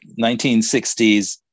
1960s